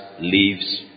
leaves